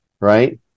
right